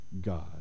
God